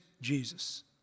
Jesus